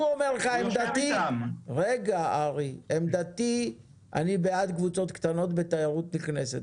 הוא אומר לך: אני בעד קבוצות קטנות בתיירות נכנסת.